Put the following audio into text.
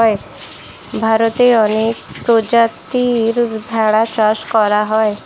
ভারতে অনেক প্রজাতির ভেড়া চাষ করা হয়